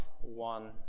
one